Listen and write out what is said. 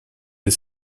les